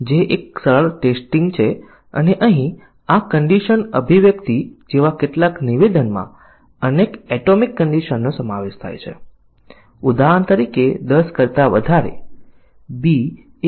આપણે કહ્યું હતું કે મોટી સંખ્યામાં વ્હાઇટ બોક્સ પરીક્ષણ વ્યૂહરચનાઓ છે પરંતુ આશરે આપણે તેમને કવરેજ આધારિત મુદ્દાઓ અને ફોલ્ટ આધારિત મુદ્દાઓમાં વર્ગીકૃત કરી શકીએ છીએ